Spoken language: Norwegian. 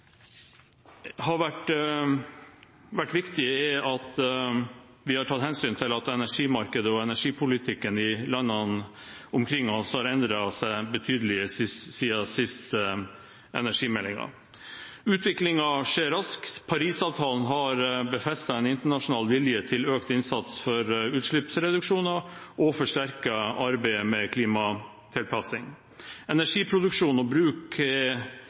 har vært viktig, er at vi har tatt hensyn til at energimarkedet og energipolitikken i landene omkring oss har endret seg betydelig siden siste energimelding. Utviklingen skjer raskt. Paris-avtalen har befestet en internasjonal vilje til økt innsats for utslippsreduksjoner og forsterket arbeidet med klimatilpasning. Energiproduksjon og